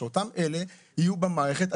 שאותם אלה יהיו במערכת,